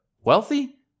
wealthy